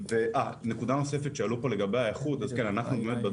אז כן ,אנחנו באמת בדקנו האם הסטארט-אפים שקמים